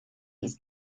his